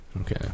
Okay